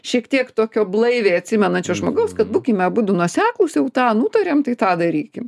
šiek tiek tokio blaiviai atsimenančio žmogaus kad būkime abudu nuoseklūs jau tą nutarėm tai tą darykim